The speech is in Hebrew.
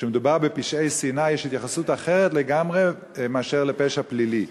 כשמדובר בפשעי שנאה יש התייחסות אחרת לגמרי מאשר לפשע פלילי.